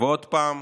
ועוד פעם